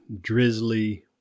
drizzly